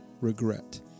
regret